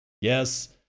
Yes